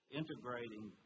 integrating